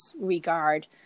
regard